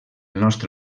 nostre